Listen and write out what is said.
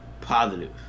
positive